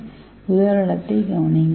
we உதாரணத்தைக் கவனியுங்கள்